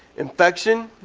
infection.